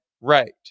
right